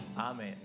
amen